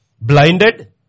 Blinded